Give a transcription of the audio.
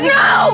no